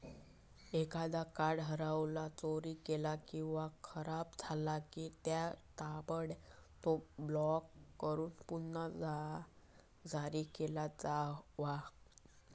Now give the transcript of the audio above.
एखादो कार्ड हरवला, चोरीक गेला किंवा खराब झाला की, त्या ताबडतोब ब्लॉक करून पुन्हा जारी केला जावा